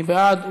מי בעד?